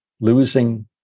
losing